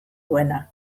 duena